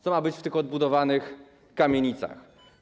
Co ma być w tych odbudowanych kamienicach?